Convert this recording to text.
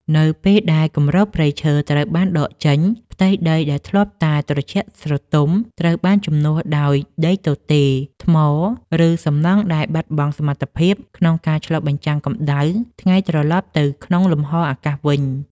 នៅពេលដែលគម្របព្រៃឈើត្រូវបានដកចេញ ផ្ទៃដីដែលធ្លាប់តែត្រជាក់ស្រទុំត្រូវបានជំនួសដោយដីទទេរ ថ្ម ឬសំណង់ដែលបាត់បង់សមត្ថភាពក្នុងការឆ្លុះបញ្ចាំងកម្ដៅថ្ងៃត្រឡប់ទៅក្នុងលំហអាកាសវិញ។